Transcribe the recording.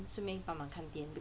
顺便帮忙看店